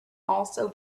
also